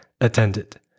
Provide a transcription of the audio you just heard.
attended